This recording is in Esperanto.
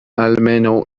almenaŭ